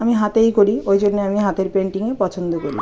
আমি হাতেই করি ওই জন্যে আমি হাতের পেন্টিংই পছন্দ করি